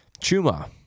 Chuma